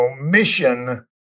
mission